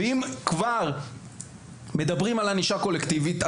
אם כבר מדברים על ענישה קולקטיבית,